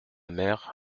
mère